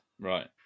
Right